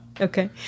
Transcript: Okay